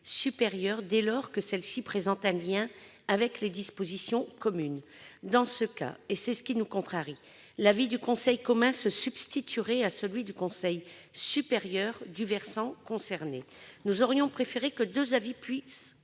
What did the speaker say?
supérieurs, dès lors que ceux-ci présentent un lien avec les dispositions communes. Dans ce cas, et c'est ce qui nous contrarie, l'avis du Conseil commun se substituerait à celui du conseil supérieur du versant concerné. Nous aurions préféré que deux avis puissent